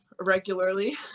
regularly